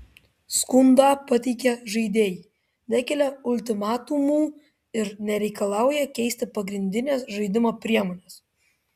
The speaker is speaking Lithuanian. skundą pateikę žaidėjai nekelia ultimatumų ir nereikalauja keisti pagrindinės žaidimo priemonės